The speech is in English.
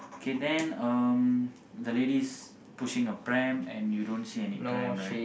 okay then um the lady is pushing a pram and you don't see any pram right